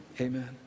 amen